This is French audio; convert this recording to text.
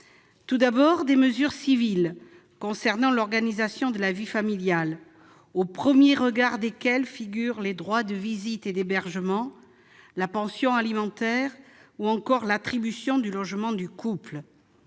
et pénales. Les mesures civiles concernent l'organisation de la vie familiale, avec, au premier chef, les droits de visite et d'hébergement, la pension alimentaire ou encore l'attribution du logement du couple.